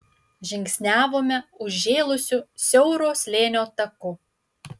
žingsniavome užžėlusiu siauro slėnio taku